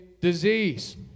disease